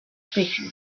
quickly